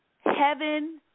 heaven